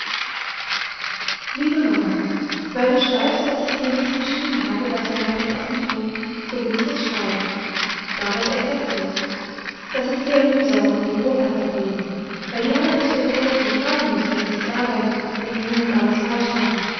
liebe mamma weil du schreibst daß ich dir nicht geschrieben habe was wir nach dem essen thun so will ich es schreiben da wird exeziert das ist sehr mühsam und mit grobheit verbunden weil die herren inspektoren so schreien müssen und sich ärgern wenn die jungens alles falsch machen